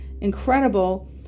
incredible